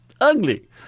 ugly